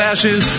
Ashes